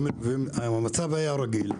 והמצב היה רגיל,